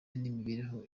n’imibereho